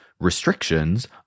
restrictions